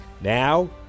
now